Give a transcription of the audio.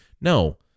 no